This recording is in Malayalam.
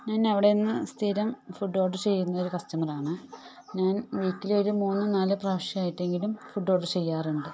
ഞാൻ അവിടെ നിന്ന് സ്ഥിരം ഫുഡ് ഓർഡർ ചെയ്യുന്നൊരു കസ്റ്റമറാണ് ഞാൻ വീട്ടിൽ ഒരു മൂന്നു നാല് പ്രാവശ്യമായിട്ടെങ്കിലും ഫുഡ് ഓർഡർ ചെയ്യാറുണ്ട്